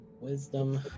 Wisdom